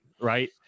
Right